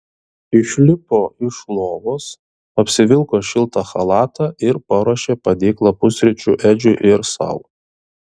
išlipo iš lovos apsivilko šiltą chalatą ir paruošė padėklą pusryčių edžiui ir sau